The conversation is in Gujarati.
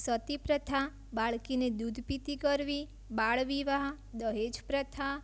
સતીપ્રથા બાળકીને દૂધપીતી કરવી બાળવિવાહ દહેજ પ્રથા